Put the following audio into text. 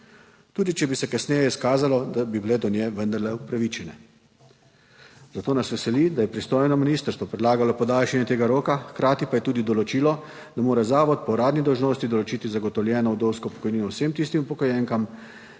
tudi če bi se kasneje izkazalo, da bi bile do nje vendarle upravičene. Zato nas veseli, da je pristojno ministrstvo predlagalo podaljšanje tega roka, hkrati pa je tudi določilo, da mora zavod po uradni dolžnosti določiti zagotovljeno vdovsko pokojnino vsem tistim upokojenkam,